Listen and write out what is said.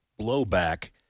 blowback